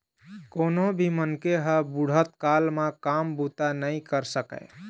कोनो भी मनखे ह बुढ़त काल म काम बूता नइ कर सकय